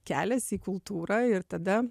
kelias į kultūrą ir tada